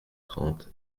trente